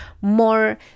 more